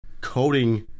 coding